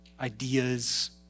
ideas